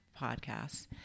podcasts